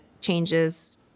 changes